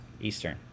Eastern